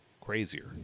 crazier